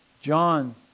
John